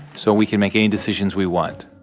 so we can make any decisions we want